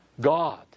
God